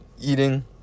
eating